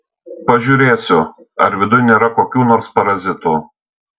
pažiūrėsiu ar viduj nėra kokių nors parazitų